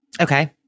Okay